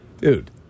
Dude